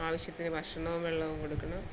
ആവശ്യത്തിന് ഭക്ഷണവും വെള്ളവും കൊടുക്കണം